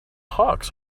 hawks